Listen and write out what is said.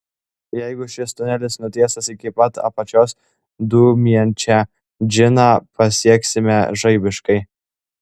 jeigu šis tunelis nutiestas iki pat apačios dūmijančią džiną pasieksime žaibiškai